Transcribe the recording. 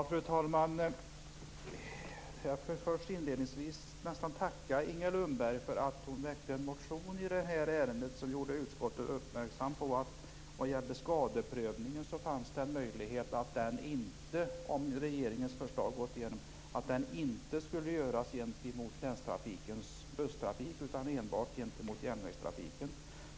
Fru talman! Inledningsvis vill jag nästan tacka Inger Lundberg för att hon väckte en motion i det här ärendet. Den gjorde utskottet uppmärksamt på att det fanns en möjlighet, om regeringens förslag hade gått igenom, att skadeprövning inte skulle göras gentemot länstrafikens busstrafik utan enbart gentemot järnvägstrafiken.